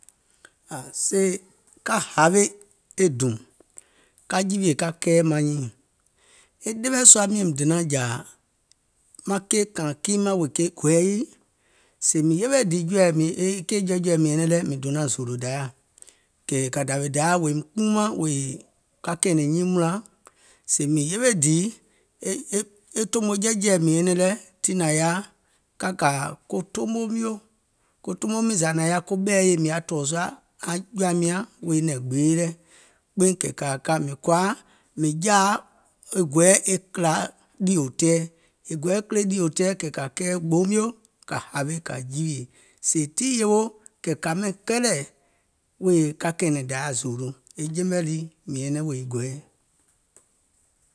Ȧ, sèè ka hawe e dùùm ka jiwiè ka kɛɛyɛ̀ maŋ nyiìŋ, e ɗeweɛ̀ sua mìȧŋ mìŋ donȧŋ jȧȧ maŋ keì kààìŋ kii mȧŋ wèè ke gɔɛɛ yii, sèè mìŋ yewe dìì jɔɛ̀ mìŋ e keì jɔɛ̀jɔɛ̀ɛ mìŋ nyɛnɛŋ lɛ̀ mìŋ donȧŋ zòòlò Dayȧ, kɛ̀ kȧ dàwè Dayà wòim kpuumȧŋ wèè ka kɛ̀ɛ̀nɛ̀ŋ nyiiŋ mùnlaŋ, sèè mìŋ yewe dìì e e e tòmo jiɛ̀jiɛ̀ɛ mìŋ nyɛnɛŋ lɛ̀ tiŋ nȧŋ yaȧ wèè ka kȧ ko toomo mio, ko toomiìŋ zȧ nȧŋ yaȧ koɓɛ̀i yèi mìŋ yaȧ tɔ̀ɔ̀ sùȧ aŋ jɔ̀ȧim nyȧŋ wèè nɛ̀ŋ gbèe lɛ̀, kpeiŋ kɛ̀ kȧȧ ka, mìŋ kɔ̀ȧa, mìŋ jaȧa e gɔɛɛ kìlȧ ɗìò tɛɛ, e gɔɛɛ kile ɗìò tɛɛ kɛ̀ kà kɛ̀ɛ̀ gboo mio kȧ hawe kȧ jiwiè, seè tii yeweo kɛ̀ kȧ ɓɛìŋ kɛlɛ̀ wèè ka kɛ̀ɛ̀nɛ̀ŋ Dayȧ zòòlo, e jemɛ̀ lii mìŋ nyɛnɛŋ wèè gɔɛɛ.